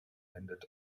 ended